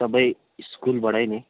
सबै स्कुलबाटै नै